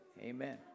Amen